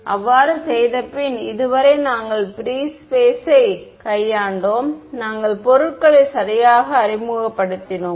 அவ்வாறு செய்தபின் இதுவரை நாங்கள் பிரீ ஸ்பேஸ் யை கையாண்டோம் நாங்கள் பொருட்களை சரியாக அறிமுகப்படுத்தினோம்